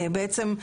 בעצם,